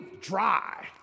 dry